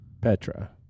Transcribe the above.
Petra